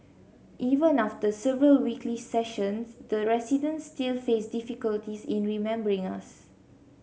even after several weekly sessions the residents still faced difficulties in remembering us